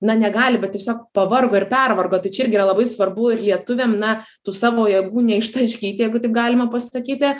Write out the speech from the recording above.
na negali bet tiesiog pavargo ir pervargo tai čia irgi yra labai svarbu ir lietuviam na tų savo jėgų neištaškyt jeigu taip galima pasakyti